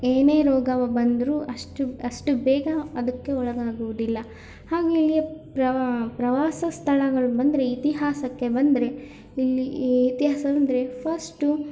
ಏನೇ ರೋಗವು ಬಂದರೂ ಅಷ್ಟು ಅಷ್ಟು ಬೇಗ ಅದಕ್ಕೆ ಒಳಗಾಗುವುದಿಲ್ಲ ಹಾಗೇ ಇಲ್ಲಿಯ ಪ್ರವಾಸ ಪ್ರವಾಸ ಸ್ಥಳಗಳು ಬಂದರೆ ಇತಿಹಾಸಕ್ಕೆ ಬಂದರೆ ಇಲ್ಲಿ ಈ ಇತಿಹಾಸ ಅಂದರೆ ಫಷ್ಟು